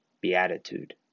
Beatitude